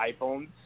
iPhones